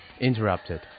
interrupted